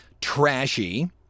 Trashy